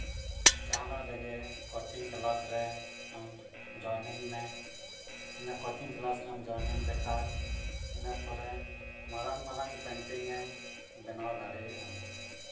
ᱡᱟᱦᱟᱱᱟᱜ ᱨᱮᱜᱮ coaching class ᱨᱮ ᱟᱢ ᱡᱚᱭᱱᱤᱝ ᱢᱮ ᱤᱱᱟᱹ ᱠᱳᱪᱤᱝ ᱠᱮᱞᱟᱥ ᱨᱮᱢ ᱡᱚᱭᱱᱤᱝ ᱞᱮᱠᱷᱟᱱ ᱤᱱᱟᱹ ᱯᱚᱨᱮ ᱢᱟᱨᱟᱝ ᱢᱟᱨᱟᱝ ᱯᱮᱱᱴᱤᱝ ᱮᱢ ᱵᱮᱱᱟᱣ ᱫᱟᱲᱮᱭᱟᱜᱼᱟ